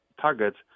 targets